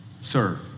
sir